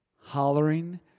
hollering